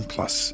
Plus